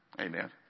Amen